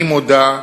אני מודע,